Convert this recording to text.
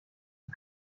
the